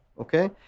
okay